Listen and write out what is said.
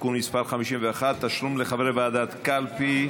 (תיקון מס' 51) (תשלום לחברי ועדת קלפי),